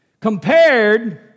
compared